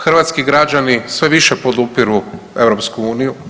Hrvatski građani sve više podupiru EU.